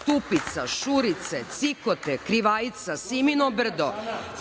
Stupica, Šurice, Cikote, Krivajica, Simino brdo,